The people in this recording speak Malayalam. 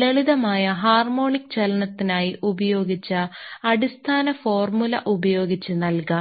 ലളിതമായ ഹാർമോണിക് ചലനത്തിനായി ഉപയോഗിച്ച അടിസ്ഥാന ഫോർമുല ഉപയോഗിച്ച് നൽകാം